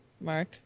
Mark